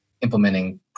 implementing